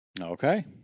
Okay